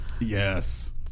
Yes